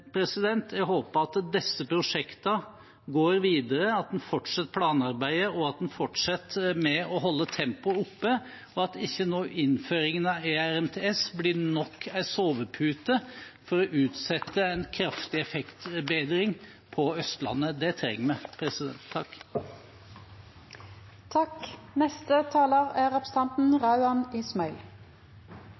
Jeg håper at disse prosjektene går videre, at en fortsetter planarbeidet, og at en fortsetter med å holde tempoet oppe, og at ikke innføringen av ERTMS nå blir nok en sovepute for å utsette en kraftig effektbedring på Østlandet, for det trenger vi.